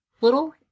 little